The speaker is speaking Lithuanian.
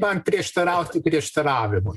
man prieštarauti prieštaravimui